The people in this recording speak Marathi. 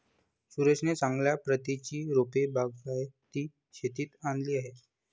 सुरेशने चांगल्या प्रतीची रोपे बागायती शेतीत आणली आहेत